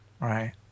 Right